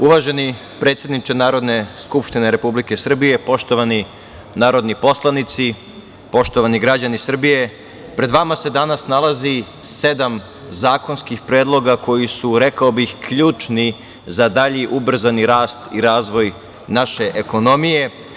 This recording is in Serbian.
Uvaženi predsedniče Narodne skupštine Republike Srbije, poštovani narodni poslanici, poštovani građani Srbije, pred vama se danas nalazi sedam zakonskih predloga koji su, rekao bih, ključni za dalji ubrzani rast i razvoj naše ekonomije.